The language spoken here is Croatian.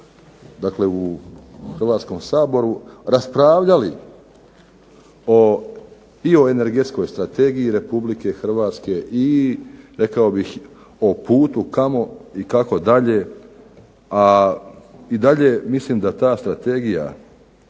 dakle u Hrvatskom saboru raspravljali i o energetskoj strategiji Republike Hrvatske i rekao bih o putu kamo i kako dalje, a i dalje mislim da ta strategija